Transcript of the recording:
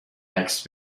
عکس